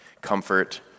comfort